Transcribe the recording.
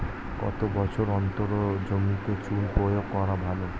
কত বছর অন্তর জমিতে চুন প্রয়োগ করা ভালো?